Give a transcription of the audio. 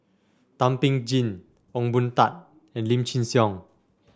Thum Ping Tjin Ong Boon Tat and Lim Chin Siong